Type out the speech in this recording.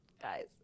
guys